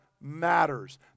matters